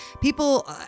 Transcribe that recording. people